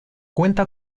cuenta